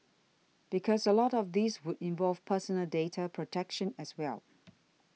because a lot of this would involve personal data protection as well